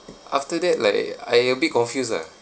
after that like I a bit confused lah